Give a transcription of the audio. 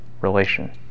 relation